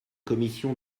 commission